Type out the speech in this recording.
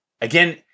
Again